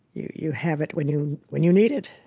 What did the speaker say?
you you have it when you when you need it.